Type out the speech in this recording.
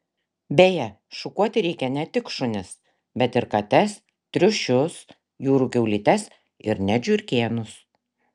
beje šukuoti reikia ne tik šunis bet ir kates triušius jūrų kiaulytes ir net žiurkėnus